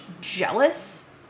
jealous